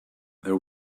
there